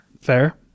fair